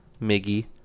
Miggy